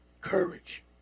Courage